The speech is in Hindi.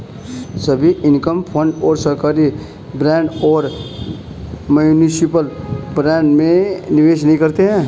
सभी इनकम फंड सरकारी बॉन्ड और म्यूनिसिपल बॉन्ड में निवेश नहीं करते हैं